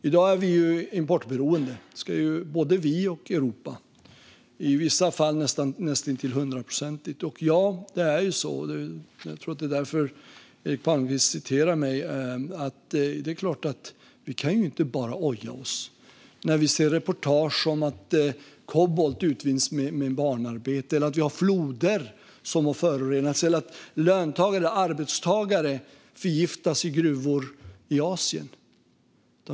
I dag är vi importberoende, både vi och Europa; i vissa fall är vi näst intill hundraprocentigt importberoende. Så är det, och jag tror att det är därför Eric Palmqvist refererar till det jag säger om att vi inte bara kan oja oss när vi ser reportage om att kobolt utvinns med hjälp av barnarbete, om att floder har förorenats eller om att arbetstagare förgiftas i gruvor i Asien.